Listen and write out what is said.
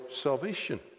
salvation